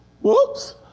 Whoops